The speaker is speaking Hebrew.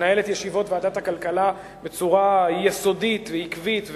מנהל את ישיבות ועדת הכלכלה בצורה יסודית ועקבית,